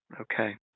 Okay